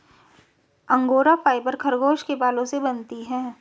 angora fibre खरगोश के बालों से बनती है